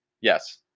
Yes